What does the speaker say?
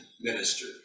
minister